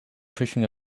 pushing